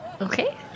Okay